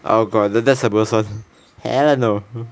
oh god that's the worst [one] hell no